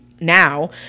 now